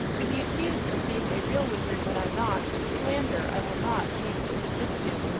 to be accused of being a real wizard, when i'm not, is a slander i will not tamely submit to.